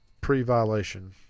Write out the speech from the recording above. pre-violation